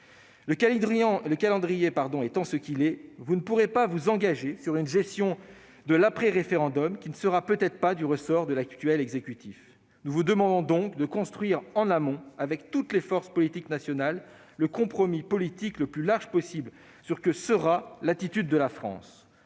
Le calendrier étant ce qu'il est, vous ne pourrez pas vous engager sur une gestion de l'après-référendum, qui ne sera peut-être pas du ressort de l'exécutif actuel. Nous vous demandons donc de construire en amont, avec toutes les forces politiques nationales, le compromis politique le plus large possible sur ce que sera l'attitude de la France.